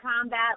combat